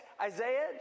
Isaiah